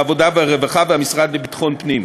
העבודה והרווחה וביטחון הפנים.